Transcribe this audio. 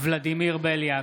ולדימיר בליאק,